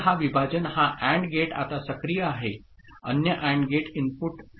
तर हा विभाजन हा AND गेट आता सक्रिय आहे अन्य AND गेट इनपुट 0 असेल